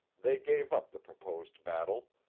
they gave up the proposed battle,